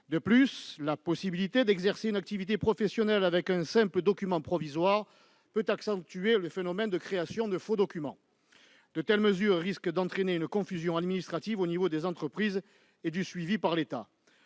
De plus, la possibilité d'exercer une activité professionnelle avec un simple document provisoire peut accentuer le phénomène de création de faux documents. De telles mesures risquent d'entraîner une confusion administrative au niveau des entreprises et du suivi par l'État.